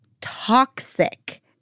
toxic